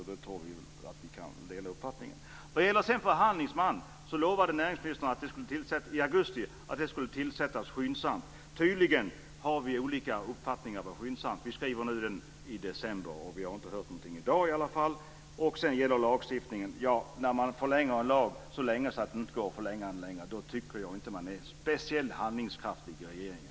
Där tror jag att vi kan dela uppfattning. När det gäller det här med förhandlingsman lovade näringsministern i augusti att det skulle tillsättas skyndsamt. Tydligen har vi olika uppfattningar om vad som är skyndsamt. Vi skriver nu december, och vi har inte hört någonting i dag i alla fall. Så gäller det lagstiftningen. När man förlänger en lag så länge att det inte går att förlänga den längre, då tycker jag inte att man är speciellt handlingskraftig i regeringen.